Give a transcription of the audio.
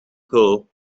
pearl